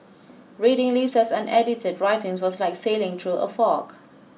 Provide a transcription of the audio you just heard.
reading Lisa's unedited writings was like sailing through a fog